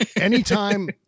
Anytime